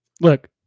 Look